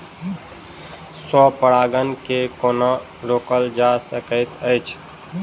स्व परागण केँ कोना रोकल जा सकैत अछि?